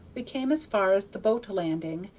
we came as far as the boat-landing,